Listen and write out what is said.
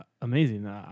Amazing